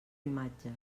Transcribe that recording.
imatges